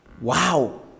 Wow